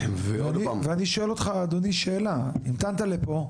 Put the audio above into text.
ואני שואל אותך אדוני שאלה, המתנת לפה,